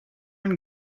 and